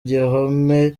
gihome